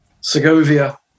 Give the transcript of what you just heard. Segovia